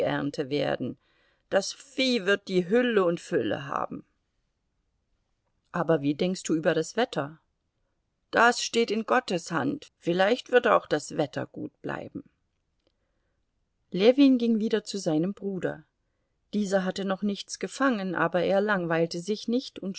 werden das vieh wird die hülle und fülle haben aber wie denkst du über das wetter das steht in gottes hand vielleicht wird auch das wetter gut bleiben ljewin ging wieder zu seinem bruder dieser hatte noch nichts gefangen aber er langweilte sich nicht